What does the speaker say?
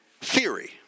theory